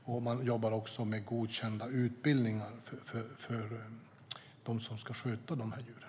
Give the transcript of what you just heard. Man jobbar också med godkända utbildningar för dem som ska sköta de här djuren.